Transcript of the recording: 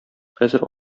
хәзер